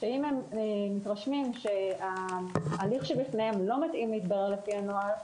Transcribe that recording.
שאם הם מתרשמים שההליך שבפניהם לא מתאים להתברר לפי הנוהל,